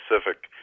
specific